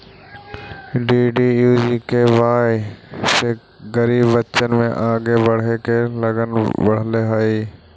DDUGKY से गरीब बच्चन में आगे बढ़े के लगन बढ़ले हइ